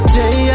day